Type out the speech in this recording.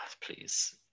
Please